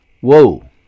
whoa